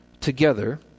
together